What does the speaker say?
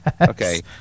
Okay